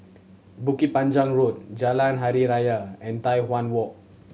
Bukit Panjang Road Jalan Hari Raya and Tai Hwan Walk